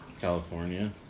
California